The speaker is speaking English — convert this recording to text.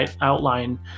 outline